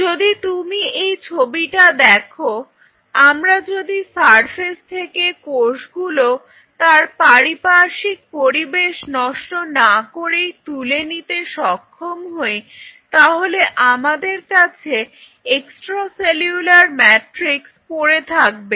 যদি তুমি এই ছবিটা দেখো আমরা যদি সারফেস থেকে কোষ গুলো তার পারিপার্শ্বিক পরিবেশ নষ্ট না করেই তুলে নিতে সক্ষম হই তাহলে আমাদের কাছে এক্সট্রা সেলুলার ম্যাট্রিক্স পড়ে থাকবে